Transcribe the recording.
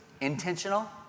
Intentional